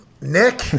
Nick